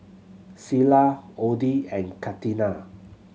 Cilla Odie and Catina